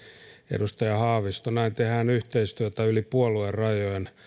edustaja haavisto näin tehdään yhteistyötä yli puoluerajojen